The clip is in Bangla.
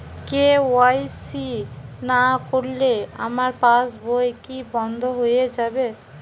কে.ওয়াই.সি না করলে আমার পাশ বই কি বন্ধ হয়ে যাবে?